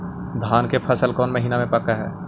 धान के फसल कौन महिना मे पक हैं?